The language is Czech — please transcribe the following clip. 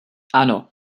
ano